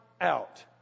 out